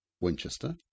Winchester